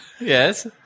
Yes